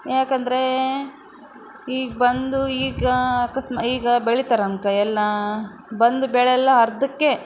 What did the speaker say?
ಯಾಕಂದರೆ ಈಗ ಬಂದು ಈಗ ಅಕಸ್ಮ ಈಗ ಬೆಳೀತಾರೆ ಅಂದ್ಕೊ ಎಲ್ಲ ಬಂದ ಬೆಳೆ ಎಲ್ಲ ಅರ್ಧಕ್ಕೆ